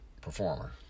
performer